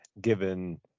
given